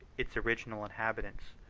its original inhabitants,